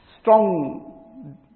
strong